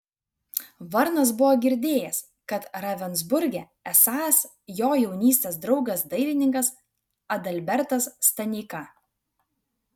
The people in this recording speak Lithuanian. varnas buvo girdėjęs kad ravensburge esąs jo jaunystės draugas dailininkas adalbertas staneika